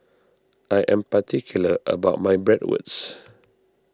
I am particular about my Bratwurst